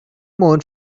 moon